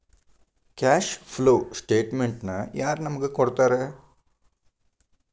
Cash flow ಸ್ಟೆಟಮೆನ್ಟನ ಯಾರ್ ನಮಗ್ ಕೊಡ್ತಾರ?